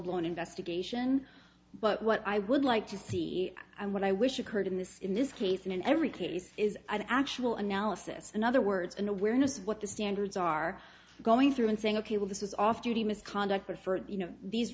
blown investigation but what i would like to see and what i wish occurred in this in this case and in every case is an actual analysis in other words an awareness of what the standards are going through and saying ok well this was off duty misconduct referred you know these